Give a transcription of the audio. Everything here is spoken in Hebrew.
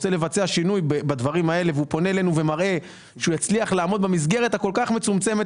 לבצע שינוי והוא יצליח לעמוד במסגרת הכל כך מצומצמת,